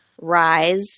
rise